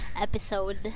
episode